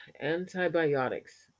Antibiotics